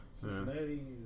Cincinnati